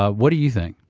ah what do you think?